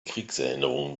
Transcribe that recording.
kriegserinnerungen